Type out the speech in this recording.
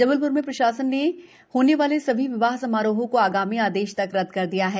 जबल र में प्रशासन ने होने वाले सभी विवाह समारोहों को आगामी आदेश तक रदद् कर दिया है